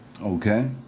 Okay